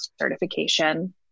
certification